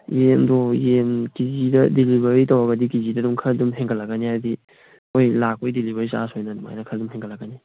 ꯌꯦꯟꯗꯣ ꯌꯦꯟ ꯀꯦ ꯖꯤꯗ ꯗꯦꯂꯤꯕꯔꯤ ꯇꯧꯔꯒꯗꯤ ꯀꯦ ꯖꯤꯗ ꯑꯗꯨꯝ ꯈꯔꯗꯤ ꯑꯗꯨꯝ ꯍꯦꯟꯒꯠꯂꯛꯀꯅꯤ ꯍꯥꯏꯗꯤ ꯑꯩꯈꯣꯏ ꯂꯥꯛꯄꯒꯤ ꯗꯦꯂꯤꯕꯔꯤ ꯆꯥꯔꯖ ꯑꯣꯏꯅ ꯑꯗꯨꯃꯥꯏꯅ ꯈꯔ ꯑꯗꯨꯝ ꯍꯦꯟꯒꯠꯂꯛꯀꯅꯤ